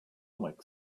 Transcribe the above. make